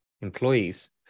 employees